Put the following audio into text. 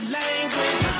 language